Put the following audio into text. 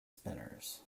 spinners